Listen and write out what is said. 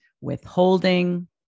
withholding